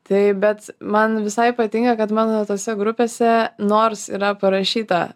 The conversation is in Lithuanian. tai bet man visai patinka kad mano tose grupėse nors yra parašyta